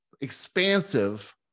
expansive